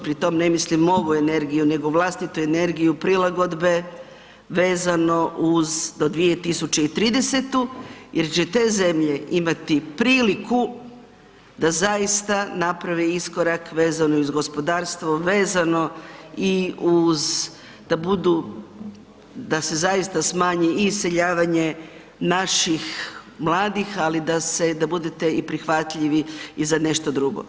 Pri tom ne mislim ovu energiju nego vlastitu energiju prilagodbe vezano uz 2030. jer će te zemlje imati priliku da zaista naprave iskorak vezano uz gospodarstvo, vezano da se zaista smanji i iseljavanje naših mladih, ali da budete prihvatljivi i za nešto drugo.